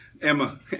Emma